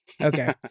Okay